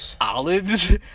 olives